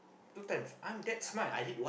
two times I'm that smart